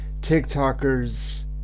TikTokers